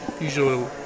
usually